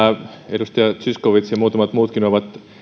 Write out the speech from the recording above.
edustaja zyskowicz ja muutamat muutkin ovat